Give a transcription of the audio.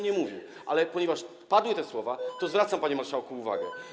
Nie mówiłbym tego, ale ponieważ padły te słowa, to zwracam, panie marszałku, uwagę.